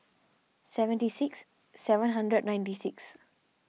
seventy six seven hundred and ninety six